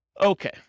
Okay